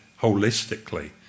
holistically